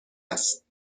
است